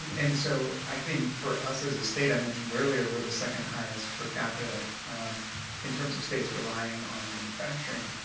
and so, i think for us as a state, i mentioned earlier, we're the second highest per capita in terms of states relying on manufacturing.